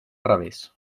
revés